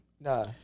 Nah